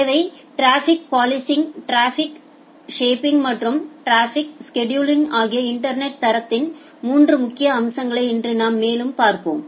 சேவை traffic policing traffic shaping மற்றும் traffic scheduling ஆகிய இன்டர்நெட் தரத்தின் 3 முக்கிய அம்சங்களை இன்று நாம் மேலும் பார்ப்போம்